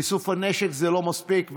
איסוף הנשק זה לא מספיק,